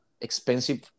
expensive